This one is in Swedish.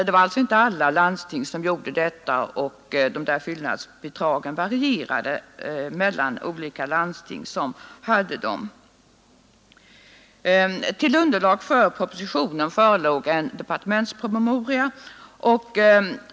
Det var emellertid inte alla landsting som gjorde detta, och fyllnadsbidragen varierade i olika landsting som lämnade sådana. Till underlag för propositionen förelåg en departementspromemoria.